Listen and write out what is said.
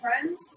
friends